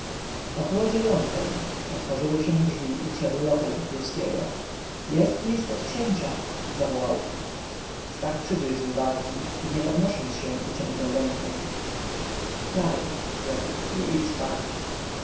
około dziewiątej otworzyły się drzwi i wszedł lokaj wokulskiego jest list od księcia zawołał stach przygryzł wargi i nie podnosząc się wyciągnął rękę daj rzekł i idź spać